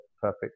perfect